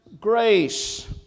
grace